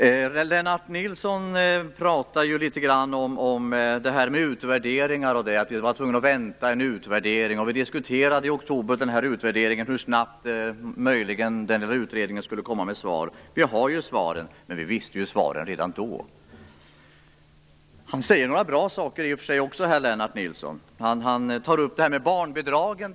Lennart Nilsson pratade om utvärdering och sade att vi var tvungna att vänta på en utvärdering. I oktober diskuterade vi hur snabbt denna utvärdering skulle kunna komma med svar. Vi har svaren, och vi visste svaren redan då! Lennart Nilsson sade också några bra saker och tog upp barnbidragen.